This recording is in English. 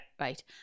Right